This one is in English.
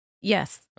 Yes